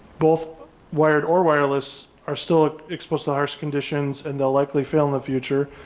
both wired or wireless are still exposed to harsh conditions and they'll likely fail in the future.